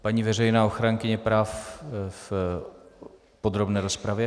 Paní veřejná ochránkyně práv v podrobné rozpravě.